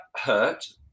hurt